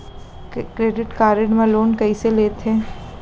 Credit card मा loan कइसे लेथे?